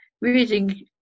reading